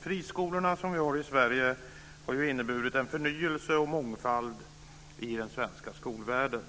Fru talman! Friskolorna i Sverige har inneburit en förnyelse och mångfald i den svenska skolvärlden.